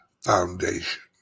Foundation